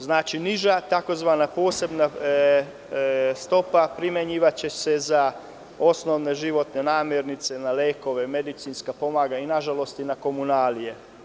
Znači, niža tzv. posebna stopa primenjivaće se za osnovne životne namirnice, na lekove, medicinska pomagala i, nažalost, na komunalije.